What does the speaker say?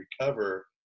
recover